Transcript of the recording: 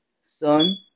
son